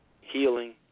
healing